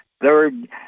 Third